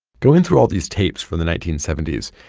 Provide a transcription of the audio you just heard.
going through all these tapes from the nineteen seventy s,